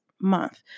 Month